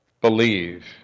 Believe